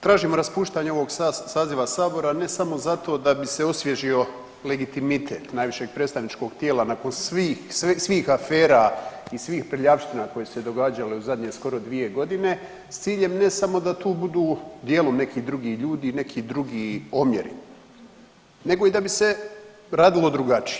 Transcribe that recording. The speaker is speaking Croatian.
Tražimo raspuštanje ovog saziva sabora ne samo zato da bi se osvježio legitimitet najvišeg predstavničkog tijela nakon svih afera i svih prljavština koje su se događale u zadnje skoro 2 godine s ciljem ne samo da tu budu dijelom neki drugi ljudi i neki drugi omjeri, nego i da bi se radilo drugačije.